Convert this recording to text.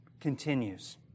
continues